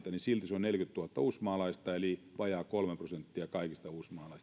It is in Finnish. silti se on neljäkymmentätuhatta uusmaalaista eli vajaa kolme prosenttia kaikista uusmaalaisista kun